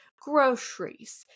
groceries